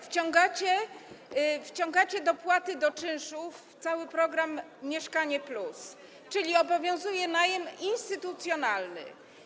Wciągacie dopłaty do czynszów w cały program „Mieszkanie+”, czyli obowiązuje najem instytucjonalny.